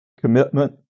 commitment